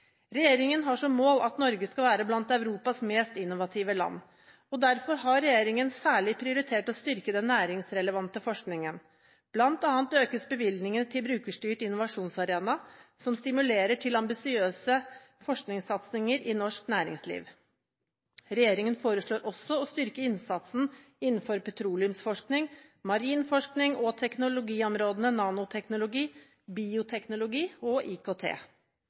Regjeringen har som mål at Norge skal være blant Europas mest innovative land. Derfor har regjeringen særlig prioritert å styrke den næringsrelevante forskningen. Blant annet økes bevilgningene til Brukerstyrt innovasjonsarena, som stimulerer til ambisiøse forskningssatsinger i norsk næringsliv. Regjeringen foreslår også å styrke innsatsen innenfor petroleumsforskning, marin forskning og teknologiområdene nanoteknologi, bioteknologi og IKT.